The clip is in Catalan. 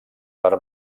per